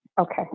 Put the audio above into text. Okay